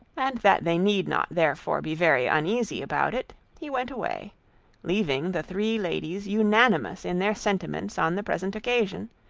and that they need not therefore be very uneasy about it, he went away leaving the three ladies unanimous in their sentiments on the present occasion,